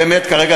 כרגע,